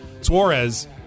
Suarez